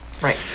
right